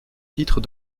titre